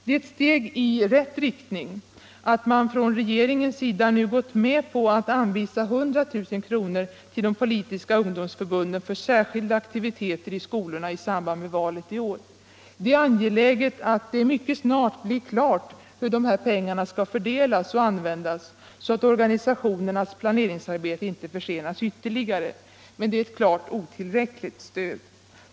Det är ett steg i rätt riktning att regeringen nu gått med på att anvisa 100 000 kr. till de politiska ungdomsförbunden för särskilda aktiviteter i skolorna i samband med valet i år. Det är angeläget att det mycket snart blir klart hur dessa pengar skall fördelas och användas så att organisationernas planceringsarbete inte försenas ytterligare. Men det är ett klart otillräckligt stöd.